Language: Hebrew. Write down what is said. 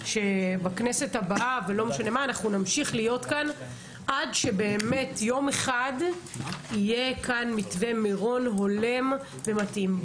שבכנסת הבאה נמשיך להיות כאן עד שיום אחד יהיה מתווה מירון הולם ומתאים.